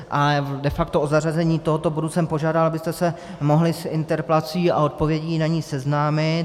A de facto o zařazení tohoto bodu jsem požádal, abyste se mohli s interpelací a odpovědí na ni seznámit.